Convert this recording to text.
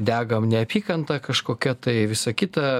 degam neapykanta kažkokia tai visa kita